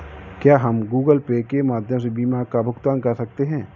क्या हम Google Pay के माध्यम से बीमा का भुगतान कर सकते हैं?